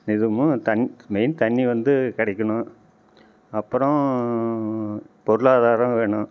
நிதமும் main தண்ணி வந்து கிடைக்கிணும் அப்புறம் பொருளாதாரம் வேணும்